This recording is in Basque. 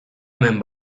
hemen